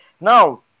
Now